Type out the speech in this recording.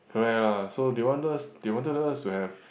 correct lah so they want us they wanted us to have